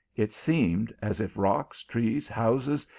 it seemed as if rocks, trees, houses,